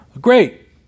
Great